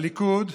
הליכוד,